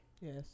Yes